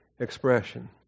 expression